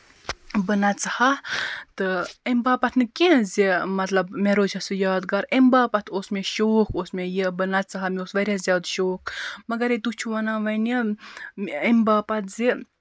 بہٕ نَژٕہا تہٕ اَمہِ باپَتھ نہٕ کیٚنٛہہ زِ مطلب مےٚ روزِ ہا سُہ یاد گار اَمہِ باپَتھ اوس مےٚ شوق اوس مےٚ یہِ بہٕ نژٕہا مےٚ اوس واریاہ زیادٕ شوق مَگر ییٚلہِ تُہۍ چھُو وَنان وۅنۍ اَمہِ باپَتھ زِ